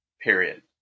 Period